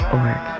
org